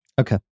okay